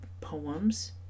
poems